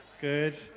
Good